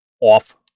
off